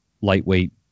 lightweight